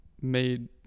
made